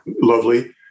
lovely